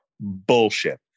bullshit